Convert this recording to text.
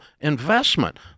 investment